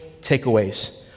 takeaways